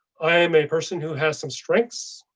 i am a person who has some strengths.